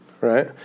Right